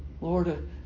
Lord